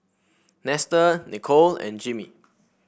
Nestor Nicole and Jimmy